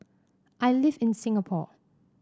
I live in Singapore